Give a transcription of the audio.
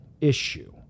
issue